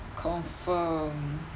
confirm